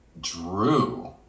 Drew